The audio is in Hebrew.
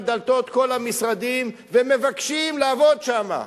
דלתות כל המשרדים ומבקשים לעבוד שם?